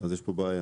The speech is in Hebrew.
אז יש פה בעיה.